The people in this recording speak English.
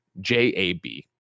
J-A-B